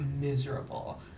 miserable